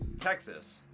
Texas